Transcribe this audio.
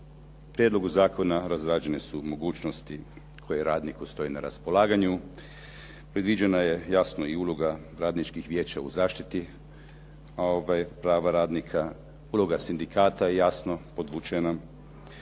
prijedlogu zakona razrađene su mogućnosti koje radniku stoje na raspolaganju, predviđena je jasno i uloga radničkih vijeća u zaštiti prava radnika, udruga sindikata je jasno podvučeno,